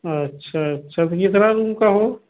अच्छा अच्छा तो कितना रूम का हो